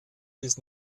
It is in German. bis